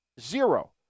Zero